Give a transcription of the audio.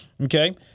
okay